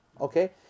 okay